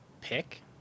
pick